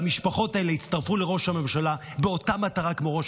המשפחות האלה הצטרפו לראש הממשלה באותה מטרה כמו ראש